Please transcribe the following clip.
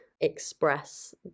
express